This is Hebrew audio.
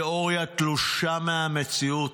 תיאוריה תלושה מהמציאות,